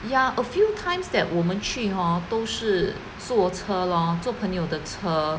a few times that 我们去 hor 都是坐车咯坐朋友的车